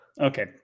Okay